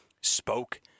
spoke